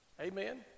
Amen